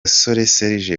serge